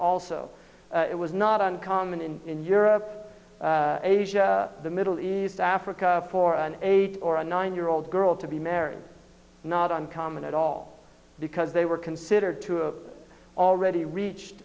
also it was not uncommon in in europe asia the middle east africa for an eight or a nine year old girl to be married not uncommon at all because they were considered to already reached